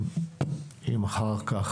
אם אחר כך,